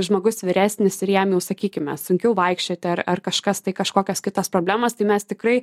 žmogus vyresnis ir jam jau sakykime sunkiau vaikščioti ar ar kažkas tai kažkokios kitos problemos tai mes tikrai